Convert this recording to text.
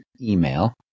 email